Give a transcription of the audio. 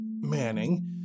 Manning